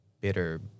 bitter